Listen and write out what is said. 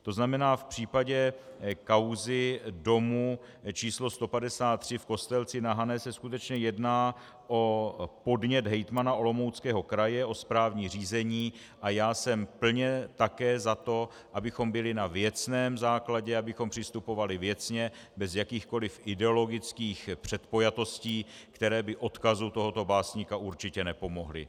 To znamená v případě kauzy domu číslo 153 v Kostelci na Hané se skutečně jedná o podnět hejtmana Olomouckého kraje, o správní řízení, a já jsem plně také za to, abychom byli na věcném základě, abychom přistupovali věcně bez jakýchkoli ideologických předpojatostí, které by odkazu tohoto básníka určitě nepomohly.